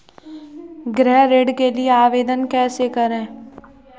गृह ऋण के लिए आवेदन कैसे करें?